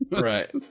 Right